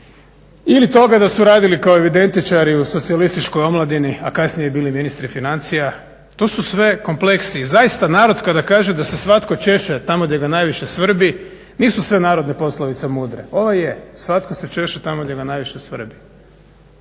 ili toga da su radili kao evidentičari u socijalističkoj omladini, a kasnije bili ministri financija. To su sve kompleksi. Zaista, narod kada kaže da se svatko češe tamo gdje ga najviše svrbi, nisu sve narodne poslovice mudre. Ova je, svatko se češe tamo gdje ga najviše svrbi.